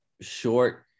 short